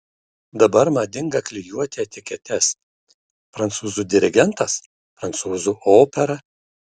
dabar madinga klijuoti etiketes prancūzų dirigentas prancūzų opera